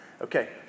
Okay